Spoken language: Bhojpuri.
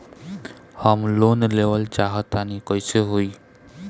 हम लोन लेवल चाह तानि कइसे होई?